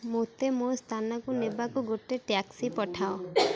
ମୋତେ ମୋ ସ୍ଥାନକୁ ନେବାକୁ ଗୋଟେ ଟ୍ୟାକ୍ସି ପଠାଅ